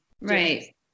right